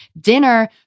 dinner